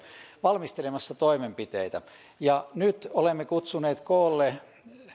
valmistelemassa toimenpiteitä nyt olemme kutsuneet koolle world